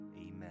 Amen